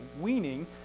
weaning